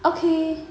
okay